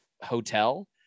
hotel